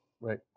right